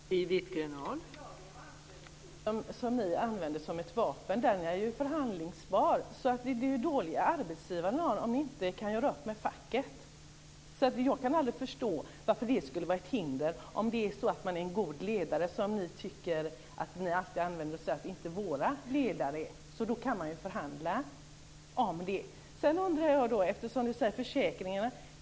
Fru talman! Lagen om anställningsskydd, som ni moderater använder som ett vapen, är ju förhandlingsbar, så jag tycker att arbetsgivarna är dåliga om de inte kan göra upp med facket. Jag kan aldrig förstå att den skulle vara ett hinder, om man är en god ledare, vilket ni brukar säga att inte våra ledare är. Då kan man ju förhandla om det. Sedan undrar jag en sak om försäkringarna.